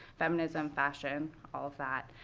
feminism, fashion, all of that.